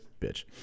Bitch